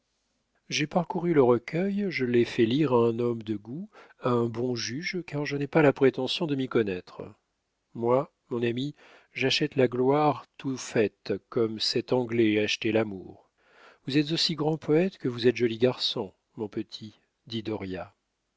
j'ai parcouru le recueil je l'ai fait lire à un homme de goût à un bon juge car je n'ai pas la prétention de m'y connaître moi mon ami j'achète la gloire toute faite comme cet anglais achetait l'amour vous êtes aussi grand poète que vous êtes joli garçon mon petit dit